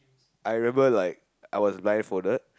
I remember like I was blind folded